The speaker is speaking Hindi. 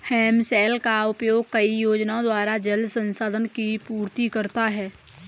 हिमशैल का उपयोग कई योजनाओं द्वारा जल संसाधन की पूर्ति करता है